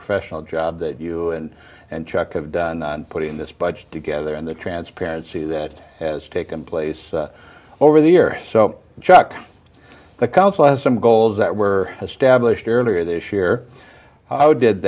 professional job that you and and chuck of putting this budget together and the transparency that has taken place over the year so check the council has some goals that were established earlier this year how did